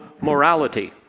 morality